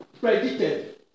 predicted